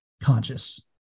conscious